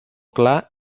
clar